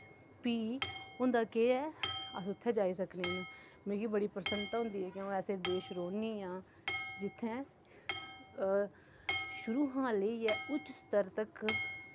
भी होंदा केह् ऐ अस उत्थै जाई सकने न मिगी बड़ी प्रसन्नता होंदी ऐ जे अ'ऊं ऐसे देश च रौह्न्नी आं जित्थै शुरू शा लेइयै उच्च स्तर तक्कर